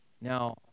Now